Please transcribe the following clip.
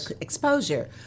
exposure